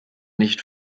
nicht